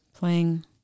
Playing